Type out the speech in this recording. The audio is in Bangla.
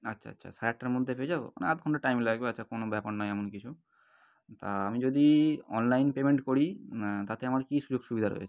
আচ্ছা আচ্ছা সাড়ে আটটার মধ্যে পেয়ে যাবো মানে আধ ঘন্টা টাইম লাগবে আচ্ছা কোনো ব্যাপার নয় এমন কিছু তা আমি যদি অনলাইন পেমেন্ট করি তাতে আমার কী সুযোগ সুবিধা রয়েছে